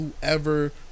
whoever